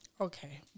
Okay